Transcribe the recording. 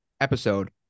episode